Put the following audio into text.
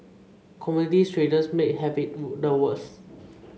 commodity traders may have it the worst